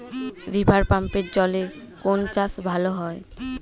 রিভারপাম্পের জলে কোন চাষ ভালো হবে?